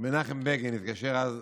מנחם בגין התקשר אז.